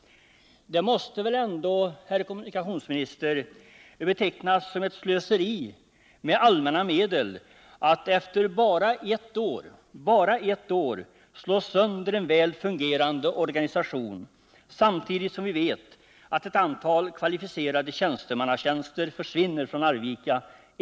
Det måste väl ändå, herr kommunikationsminister, betecknas som ett slöseri med allmänna medel att efter bara ett år slå sönder en väl fungerande organisation, samtidigt som vi vet att ett antal — enligt uppgift tolv — kvalificerade tjänstemannatjänster försvinner från Arvika.